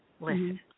listen